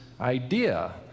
idea